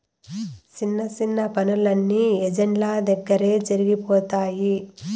సిన్న సిన్న పనులన్నీ ఏజెంట్ల దగ్గరే జరిగిపోతాయి